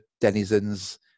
denizens